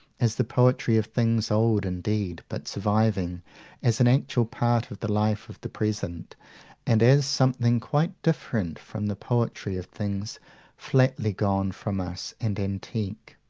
as the poetry of things old indeed, but surviving as an actual part of the life of the present and as something quite different from the poetry of things flatly gone from us and antique,